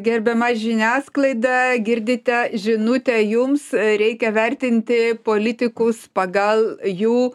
gerbiama žiniasklaida girdite žinutę jums reikia vertinti politikus pagal jų